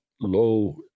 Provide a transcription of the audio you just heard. low